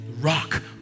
rock